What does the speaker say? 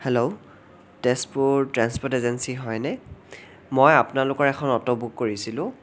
hello Tezpur transport agency হয়নে মই আপোনালোকৰ এখন অট' বুক কৰিছিলোঁ